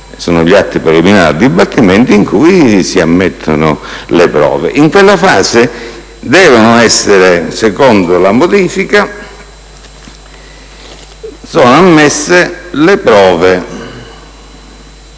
gli atti preliminari al dibattimento in cui si ammettono le prove. In quella fase, secondo la modifica, sono ammesse le prove